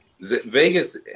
vegas